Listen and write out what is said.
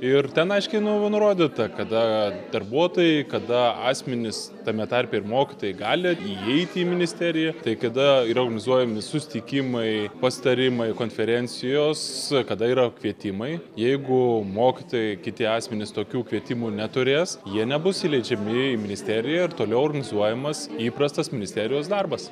ir ten aiškiai nuv nurodyta kada darbuotojai kada asmenys tame tarpe ir mokytojai gali įeiti į ministeriją tai kada yra organizuojami susitikimai pasitarimai konferencijos kada yra kvietimai jeigu mokytojai kiti asmenys tokių kvietimų neturės jie nebus įleidžiami į ministeriją ir toliau organizuojamas įprastas ministerijos darbas